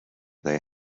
they